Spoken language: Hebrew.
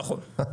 נכון.